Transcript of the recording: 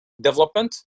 development